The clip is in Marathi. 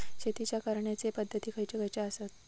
शेतीच्या करण्याचे पध्दती खैचे खैचे आसत?